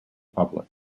public